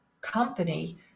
company